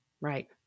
right